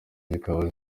zikaba